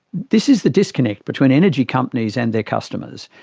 this is the disconnect between energy companies and their customers.